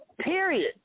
period